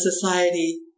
society